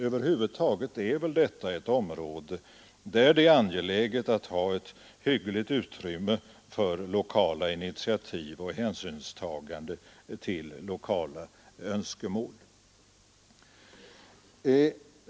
Över huvud taget är detta ett område där det är angeläget att ha ett hyggligt utrymme för lokala initiativ och hänsynstagande till lokala önskemål.